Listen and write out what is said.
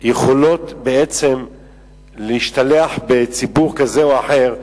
יכולות בעצם להשתלח בציבור כזה או אחר,